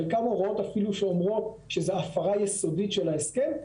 חלקן הוראות אפילו שאומרות שזו הפרה יסודית של ההסכם.